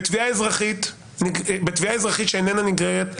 בתביעה אזרחית שאיננה נגררת,